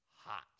hot